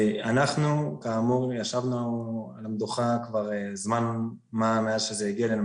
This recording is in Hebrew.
אנחנו כאמור ישבנו על המדוכה כבר זמן מה מאז שזה הגיע אלינו,